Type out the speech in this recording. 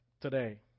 Today